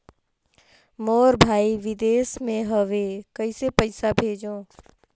मोर भाई विदेश मे हवे कइसे पईसा भेजो?